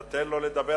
אלא אם כן אתה תוותר.